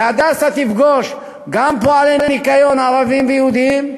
ב"הדסה" תפגוש גם פועלי ניקיון ערבים ויהודים,